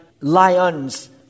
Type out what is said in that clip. lions